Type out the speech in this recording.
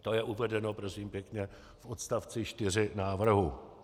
To je uvedeno, prosím pěkně, v odstavci 4 návrhu.